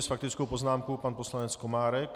S faktickou poznámkou pan poslanec Komárek.